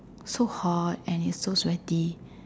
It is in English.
so hard and its so sweaty